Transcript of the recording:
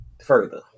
further